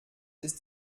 ist